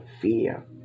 fear